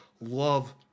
love